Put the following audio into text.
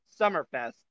Summerfest